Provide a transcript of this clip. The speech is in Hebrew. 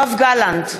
יואב גלנט,